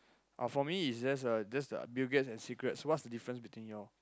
uh for me it's just uh just the Bill-Gates and secrets what's the difference between yours